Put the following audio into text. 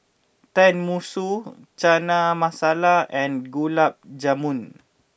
Tenmusu Chana Masala and Gulab Jamun